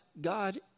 God